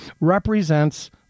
represents